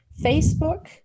Facebook